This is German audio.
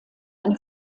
eine